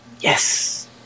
Yes